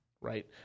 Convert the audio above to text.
right